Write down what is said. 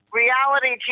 reality